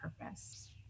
purpose